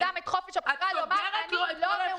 את נותנת לאדם את חופש הבחירה לומר: אני לא מעוניין שיתקשרו אליי.